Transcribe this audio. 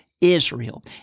Israel